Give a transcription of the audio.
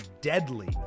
deadly